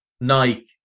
Nike